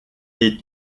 est